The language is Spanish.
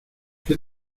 qué